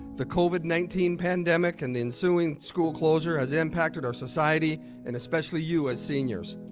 the covid nineteen pandemic and the ensuing school closure has impacted our society and especially you, as seniors.